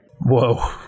Whoa